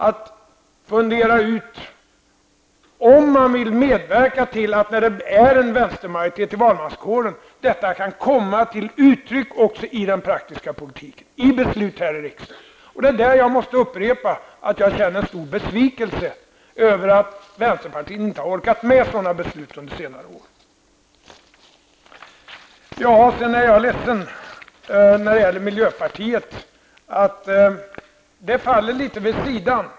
När det nu är en vänstermajoritet i valmanskåren bör vänsterpartiet fundera över hur detta skulle kunna komma till uttryck också i den praktiska politiken i beslut här i riksdagen. Jag måste upprepa att jag känner en stor besvikelse över att vänsterpartiet under senare år inte har orkat med sådana beslut. När det gäller miljöpartiet måste jag säga att jag är ledsen, men det som sägs faller litet vid sidan av.